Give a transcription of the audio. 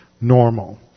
normal